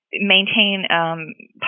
maintain